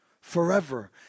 Forever